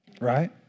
Right